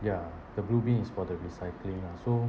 ya the blue bin is for the recycling lah so